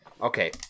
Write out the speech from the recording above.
Okay